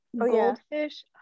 goldfish